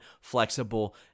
flexible